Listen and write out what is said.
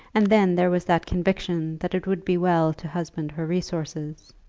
and then there was that conviction that it would be well to husband her resources.